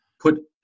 put